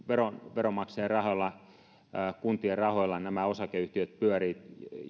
veronmaksajien rahoilla kuntien rahoilla nämä osakeyhtiöt pyörivät